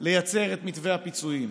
לייצר את מתווה הפיצויים,